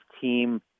team